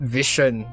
vision